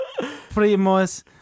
primos